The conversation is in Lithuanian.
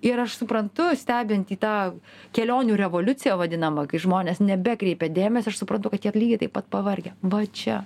ir aš suprantu stebint į tą kelionių revoliuciją vadinamą kai žmonės nebekreipia dėmesio aš suprantu kad jie lygiai taip pat pavargę va čia